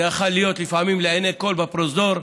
זה יכול להיות לפעמים לעיני כול בפרוזדור,